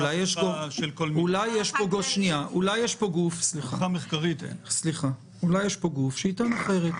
אולי יש פה גוף שיטען אחרת.